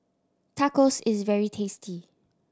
tacos is very tasty